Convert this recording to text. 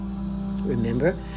remember